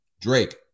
Drake